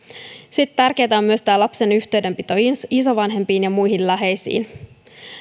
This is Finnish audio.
sitten tärkeätä on myös tämä lapsen yhteydenpito isovanhempiin ja muihin läheisiin